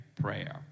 prayer